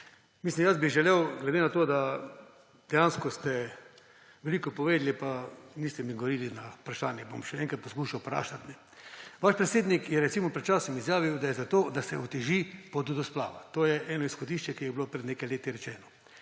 Zato je ta stvar namenjena temu. Dejansko ste veliko povedali, pa mi niste odgovorili na vprašanje. Bom še enkrat poskušal vprašati. Vaš predsednik je recimo pred časom izjavil, da je za to, da se oteži pot do splava. To je eno izhodišče, ki je bilo pred nekaj leti rečeno.